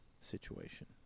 situation